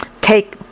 take